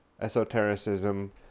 esotericism